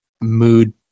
mood